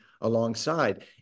alongside